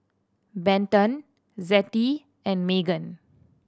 Benton Zettie and Meghan